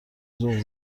ذوق